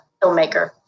filmmaker